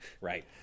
Right